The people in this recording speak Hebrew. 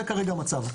זה כרגע המצב.